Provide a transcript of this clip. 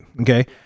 Okay